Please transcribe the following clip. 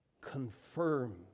confirm